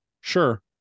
Sure